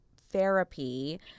therapy